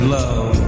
love